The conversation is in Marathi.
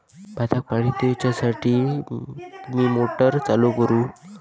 भाताक पाणी दिवच्यासाठी मी मोटर चालू करू?